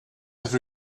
have